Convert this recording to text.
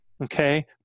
okay